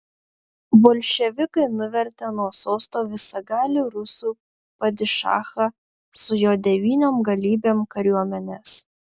bolševikai nuvertė nuo sosto visagalį rusų padišachą su jo devyniom galybėm kariuomenės